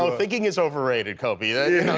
ah thinking is overrated. kind of yeah yeah